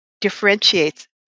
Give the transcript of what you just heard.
differentiates